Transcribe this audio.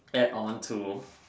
add on to